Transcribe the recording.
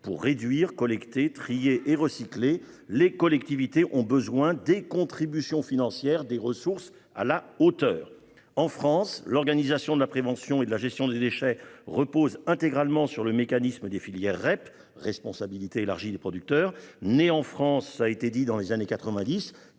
pour réduire, collecter, trier et recycler, les collectivités ont besoin de contributions financières, de ressources à la hauteur. En France, l'organisation de la prévention et de la gestion des déchets repose intégralement sur le mécanisme des filières REP, qui est né dans les années 1990,